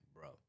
bro